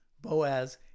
Boaz